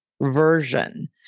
version